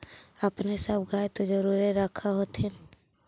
अपने सब गाय तो जरुरे रख होत्थिन?